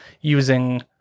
using